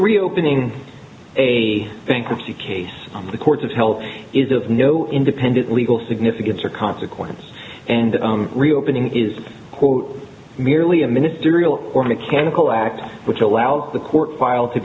reopening a bankruptcy case on the courts of health is of no independent legal significance or consequence and reopening is quote merely a ministerial or mechanical act which allows the court file to